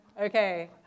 Okay